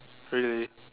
really